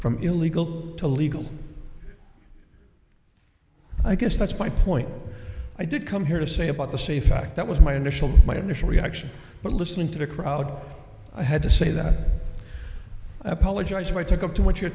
from illegal to legal i guess that's my point i did come here to say about the say fact that was my initial my initial reaction but listening to the crowd i had to say that i apologize if i took up to what your